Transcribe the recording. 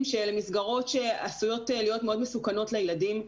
שאלה מסגרות שעשויות להיות מאוד מסוכנות לילדים.